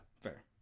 Fair